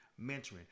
mentoring